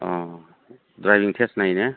अ driving test नायो ने